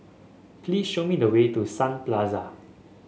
please show me the way to Sun Plaza